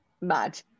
mad